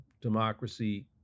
democracy